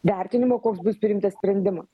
vertinimo koks bus priimtas sprendimas